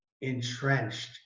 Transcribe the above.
entrenched